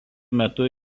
metu